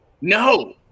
No